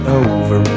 over